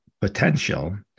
potential